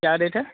क्या रेट है